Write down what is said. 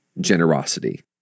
generosity